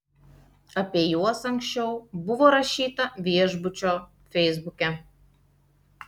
apie juos anksčiau buvo rašyta viešbučio feisbuke